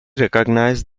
recognized